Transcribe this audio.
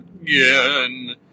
again